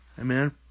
Amen